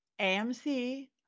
amc